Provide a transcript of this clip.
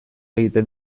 egiten